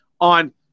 on